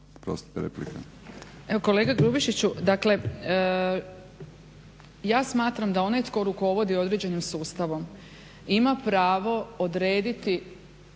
Biljana (SDP)** Evo kolega Grubišiću dakle ja smatram da onaj tko rukovodi određenim sustavom ima pravo odrediti